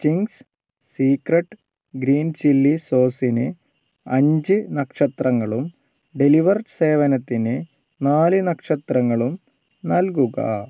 Ching's secret green chilli സോസിന് അഞ്ച് നക്ഷത്രങ്ങളും ഡെലിവർ സേവനത്തിന് നാല് നക്ഷത്രങ്ങളും നൽകുക